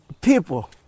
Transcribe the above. people